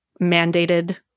mandated